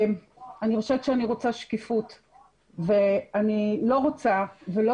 אני חושבת שאני רוצה שקיפות ואני לא רוצה ולא